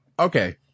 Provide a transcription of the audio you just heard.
Okay